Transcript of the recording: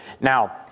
Now